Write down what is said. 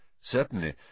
Certainly